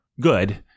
good